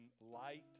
light